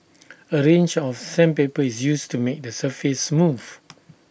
A range of sandpaper is used to make the surface smooth